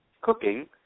cooking